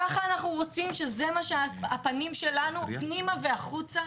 זה מה שאנחנו רוצים שייראו הפנים שלנו פנימה והחוצה?